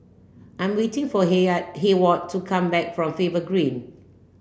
I'm waiting for Hayward to come back from Faber Green